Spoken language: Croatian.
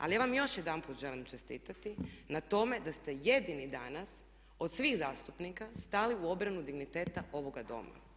Ali ja vam još jedanput želim čestitati na tome da ste jedini danas od svih zastupnika stali u obranu digniteta ovoga Doma.